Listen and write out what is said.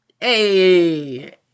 hey